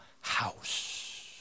house